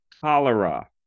cholera